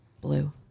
Blue